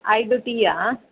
ಐದು ಟೀಯಾ